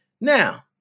Now